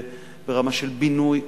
ברמה של בינוי,